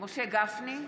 משה גפני,